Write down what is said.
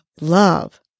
love